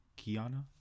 Kiana